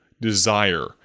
desire